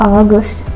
August